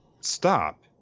stop